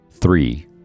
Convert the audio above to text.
Three